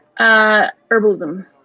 herbalism